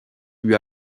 lui